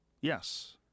Yes